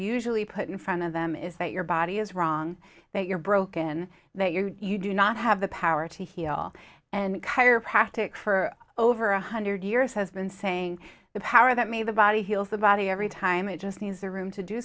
usually put in front of them is that your body is wrong that you're broken that you're you do not have the power to heal and chiropractic for over one hundred years has been saying the power that made the body heals the body every time it just needs the room to do